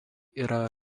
yra